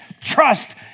trust